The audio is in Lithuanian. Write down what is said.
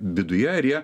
viduje ir jie